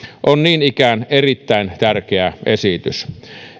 on niin ikään erittäin tärkeä esitys